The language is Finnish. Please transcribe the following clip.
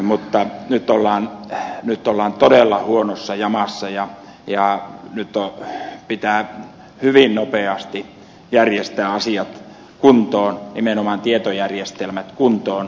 mutta nyt ollaan todella huonossa jamassa ja pitää hyvin nopeasti järjestää asiat kuntoon nimenomaan tietojärjestelmät kuntoon